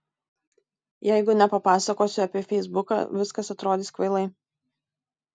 jeigu nepapasakosiu apie feisbuką viskas atrodys kvailai